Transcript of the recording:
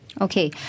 Okay